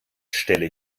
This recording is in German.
stelle